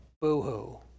boo-hoo